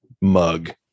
mug